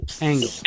angle